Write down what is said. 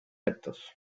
actos